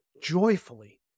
joyfully